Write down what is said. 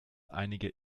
einige